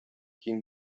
киң